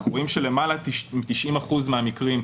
אנחנו רואים שבלמעלה מ-90 אחוזים מהמקרים,